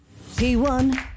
P1